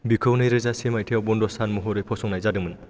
बिखौ नैरोजा से मायथाइयाव बन्द' सान महरै फसंनाय जादोंमोन